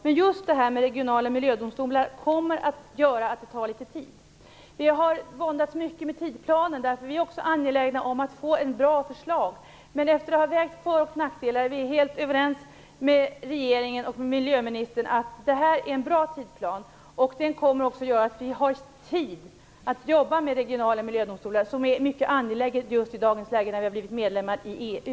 Behandlingen av frågan om regionala miljödomstolar kommer att medföra att det tar litet tid. Vi har våndats mycket över tidsplanen, eftersom vi också är angelägna om att få ett bra förslag. Efter att ha vägt för och nackdelar är vi helt överens med regeringen och miljöministern om att det här är en bra tidsplan. Den kommer också att medföra att vi har tid att jobba med frågan om regionala miljödomstolar. Det är mycket angeläget i dagens läge, när vi är medlemmar i EU.